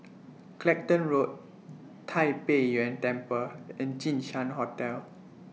Clacton Road Tai Pei Yuen Temple and Jinshan Hotel